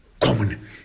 common